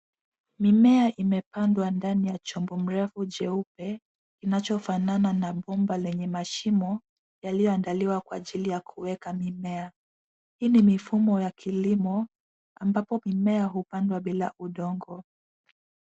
Mimea imepandwa ndani ya chombo mrefu jeupe kinachofanana na bomba lenye mashimo yaliyo andaliwa kwa ajili ya kuweka mimea. Hili ni mfumo wa kilimo ambapo mimea hupandwa bila udongo.